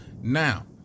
now